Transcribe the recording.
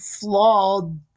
flawed